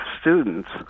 students